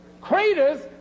craters